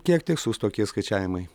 kiek tikslūs tokie skaičiavimai